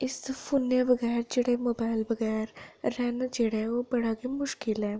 इस फोनै बगैर जेह्ड़ा मोबाइल बगैर रौह्ना जेह्ड़ा ऐ ओह् बड़ा गै मुश्कल ऐ